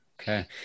Okay